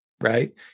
Right